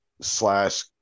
slash